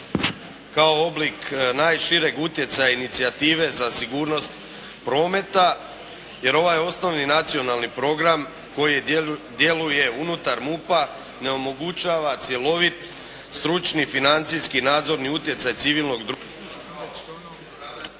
kao oblik najšireg utjecaja i inicijative za sigurnost prometa, jer ovaj osnovni nacionalni program koji djeluje unutar MUP-a ne omogućava cjelovit stručni, financijski nadzorni utjecaj civilnog ...